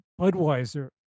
Budweiser